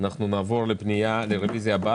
מי בעד הרביזיה על פנייה מס'